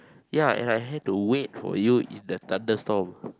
ya and I had to wait for you in the thunderstorm